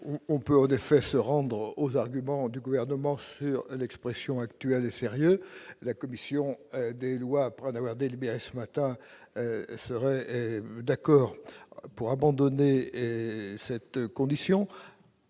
on peut en effet se rendre aux arguments du gouvernement sur l'expression actuelle est sérieux, la commission des lois, après en avoir délibéré ce matin serait d'accord pour abandonner et cette condition.